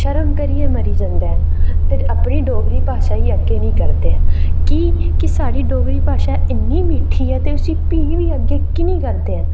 शर्म करियै मरी जंदे ना ते अपनी डोगरी भाशा गी अग्गै नेईं करदे कि साढ़ी भाशा इन्नी मिट्ठी ऐ ते उसी फ्ही बी अग्गै की नेईं करदे हैन